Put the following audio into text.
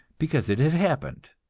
because it had happened.